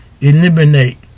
eliminate